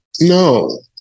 no